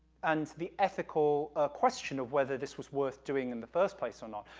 and the ethical question of whether this was worth doing in the first place or not.